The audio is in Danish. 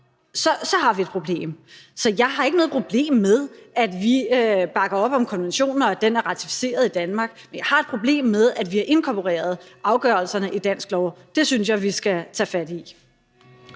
så har vi et problem. Så jeg har ikke noget problem med, at vi bakker op om konventionen, og at den er ratificeret i Danmark, men jeg har et problem med, at vi har inkorporeret afgørelserne i dansk lov. Det synes jeg vi skal tage fat i.